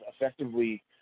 effectively